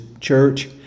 church